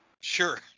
Sure